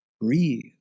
Breathe